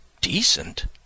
Decent